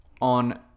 on